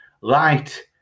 Light